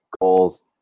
goals